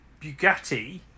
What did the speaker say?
bugatti